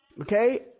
Okay